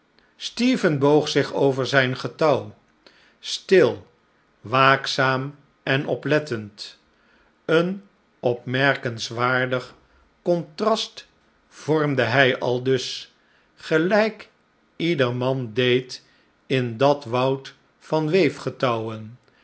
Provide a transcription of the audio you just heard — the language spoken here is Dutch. stephen boog zich over zijn getouw stil waakzaam en oplettend een opmerkenswaardig contrast vormde hi aldus gelijk ieder man deed in dat woud van